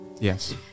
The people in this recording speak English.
Yes